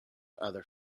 other